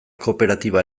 kooperatiba